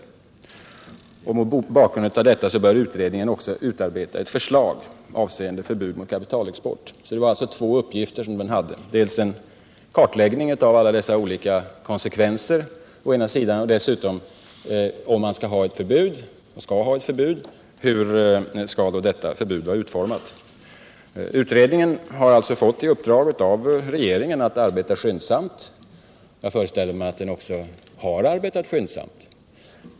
Mot bakgrund av detta borde utredningen också utarbeta ett förslag avseende förbud mot kapitalexport. Utredningen fick alltså till uppgift att göra två saker: dels en kartläggning av alla dessa olika konsekvenser, dels ett förslag till hur ett förbud skulle vara utformat, om man skall ha något förbud. Utredningen har alltså av regeringen fått i uppdrag att arbeta skyndsamt. Jag föreställer mig att den också har arbetat skyndsamt.